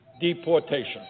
deportation